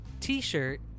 T-shirt